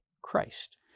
Christ